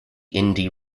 indy